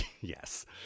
Yes